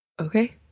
okay